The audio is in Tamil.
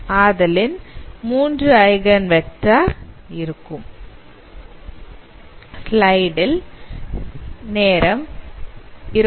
ஆதலின் 3 ஐகன் வெக்டார் இருக்கும்